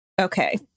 okay